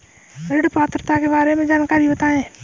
ऋण पात्रता के बारे में जानकारी बताएँ?